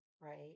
Right